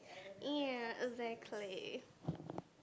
and exactly